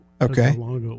Okay